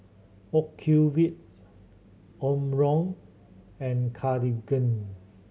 Ocuvite Omron and Cartigain